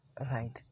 right